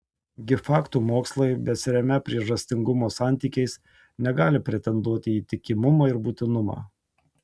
gi faktų mokslai besiremią priežastingumo santykiais negali pretenduoti į įtikimumą ir būtinumą